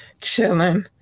chilling